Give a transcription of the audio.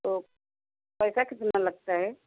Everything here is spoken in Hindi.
तो पैसा कितना लगता है